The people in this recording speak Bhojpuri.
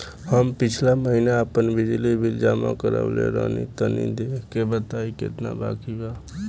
हम पिछला महीना आपन बिजली बिल जमा करवले रनि तनि देखऽ के बताईं केतना बाकि बा?